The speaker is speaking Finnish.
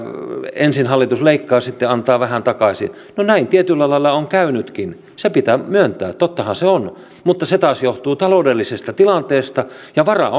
ensin hallitus leikkaa sitten antaa vähän takaisin no näin tietyllä lailla on käynytkin se pitää myöntää tottahan se on mutta se taas johtuu taloudellisesta tilanteesta ja varaa